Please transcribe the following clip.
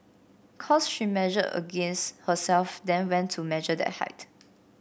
cos she measured against herself then went to measure that height